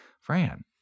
Fran